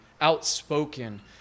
outspoken